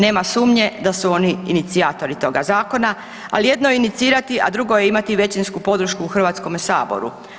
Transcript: Nema sumnje da su oni inicijatori toga zakona, ali jedno je inicirati, a drugo je imati većinsku podršku u Hrvatskome saboru.